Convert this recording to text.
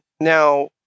Now